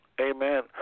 Amen